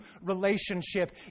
relationship